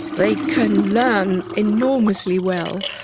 they can learn enormously well.